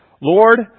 Lord